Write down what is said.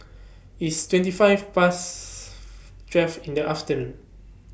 its twenty five Past twelve in The afternoon